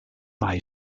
mai